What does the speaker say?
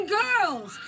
girls